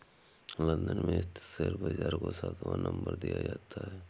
London में स्थित share बाजार को सातवां नम्बर दिया जाता है